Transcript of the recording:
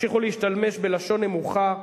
תמשיכו להשתמש בלשון נמוכה,